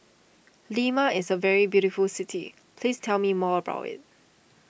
Lima is a very beautiful city please tell me more about it